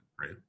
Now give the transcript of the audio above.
right